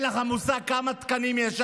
אין לך מושג כמה תקנים יש שם,